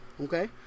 okay